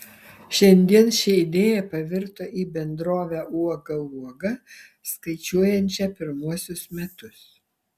šiandien ši idėja pavirto į bendrovę uoga uoga skaičiuojančią pirmuosius metus